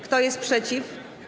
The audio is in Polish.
Kto jest przeciw?